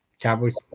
Cowboys